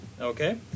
Okay